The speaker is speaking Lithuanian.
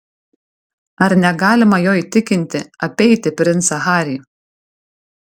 ar negalima jo įtikinti apeiti princą harį